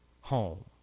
home